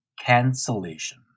Cancellation